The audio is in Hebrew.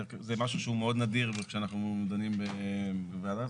זה משהו שהוא מאוד נדיר כשאנחנו דנים בוועדה.